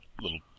little